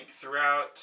throughout